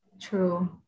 True